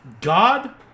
God